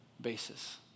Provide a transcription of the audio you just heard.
basis